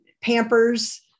Pampers